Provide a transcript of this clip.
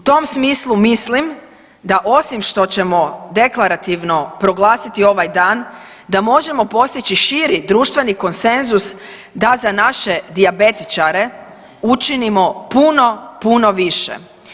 U tom smislu mislim da osim što ćemo deklarativno proglasiti ovaj dan, da možemo postići širi društveni konsenzus da za naše dijabetičare učinimo puno, puno više.